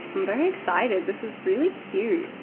i'm very excited. this is really cute.